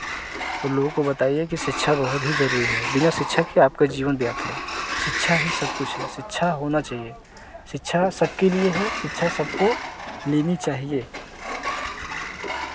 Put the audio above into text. और लोगों को बताइए कि शिक्षा बहुत ही ज़रूरी है बिना शिक्षा के आपका जीवन व्यर्थ है शिक्षा ही सब कुछ है शिक्षा होना चहिए शिक्षा सबके लिए है शिक्षा सबको लेनी चाहिए